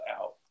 out